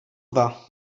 dva